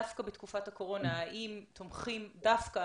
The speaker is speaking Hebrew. דווקא בתקופת הקורונה, האם תומכים דווקא